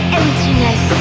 emptiness